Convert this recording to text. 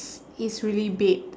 it's really big